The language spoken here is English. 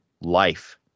life